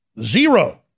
Zero